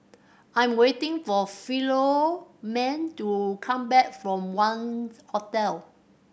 I am waiting for Philomene to come back from Wangz Hotel